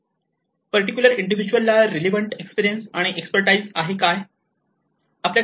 particular individual ला relevant experience and expertise आहे काय